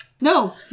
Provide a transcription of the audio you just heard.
No